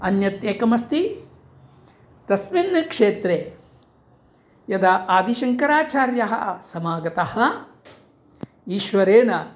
अन्यदेकमस्ति तस्मिन् क्षेत्रे यदा आदिशङ्कराचार्यः समागतः ईश्वरेण